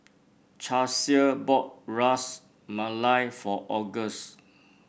Charlsie bought Ras Malai for August